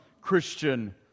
Christian